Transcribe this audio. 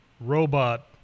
robot